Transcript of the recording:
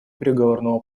переговорному